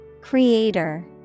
Creator